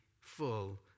full